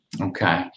Okay